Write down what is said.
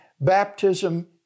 baptism